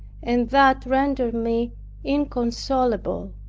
and that rendered me inconsolable.